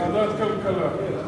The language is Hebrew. ועדת כלכלה.